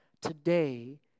today